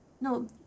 No